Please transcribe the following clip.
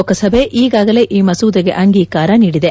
ಲೋಕ ಸಭೆ ಈಗಾಗಲೇ ಈ ಮಸೂದೆಗೆ ಅಂಗೀಕಾರ ನೀಡಿದೆ